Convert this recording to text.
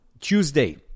Tuesday